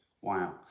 Wow